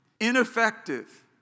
Ineffective